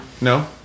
no